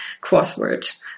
crossword